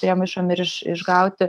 priemaišom ir iš išgauti